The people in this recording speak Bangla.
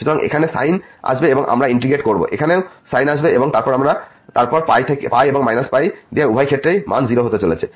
সুতরাং এখানে সাইন আসবে এবং আমরা ইন্টিগ্রেট করব এখানেও সাইন আসবে এবং তারপর এবং π দিয়ে উভয় ক্ষেত্রেই মান 0 হতে চলেছে